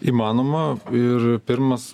įmanoma ir pirmas